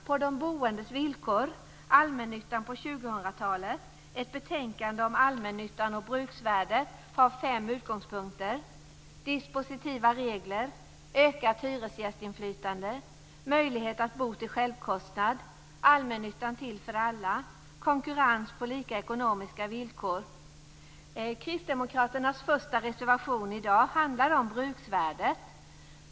På de boendes villkor - allmännyttan på 2000-talet, ett betänkande om allmännyttan och bruksvärdet, har fem utgångspunkter: · möjlighet att bo till självkostnad Kristdemokraternas första reservation i dag handlar om bruksvärdet.